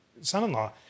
son-in-law